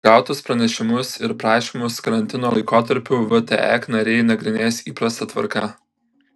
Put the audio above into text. gautus pranešimus ir prašymus karantino laikotarpiu vtek nariai nagrinės įprasta tvarka